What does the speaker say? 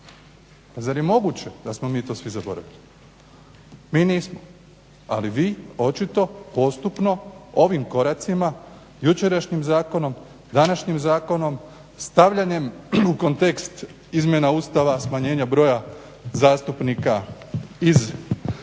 je moguće da smo mi to svi zaboravili? Mi nismo. Ali vi očito postupno ovim koracima, jučerašnjim zakonom, današnjim zakonom, stavljanjem u kontekst izmjena Ustava, smanjenja broja zastupnika, Hrvata